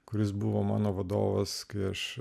kuris buvo mano vadovas kai aš